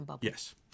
Yes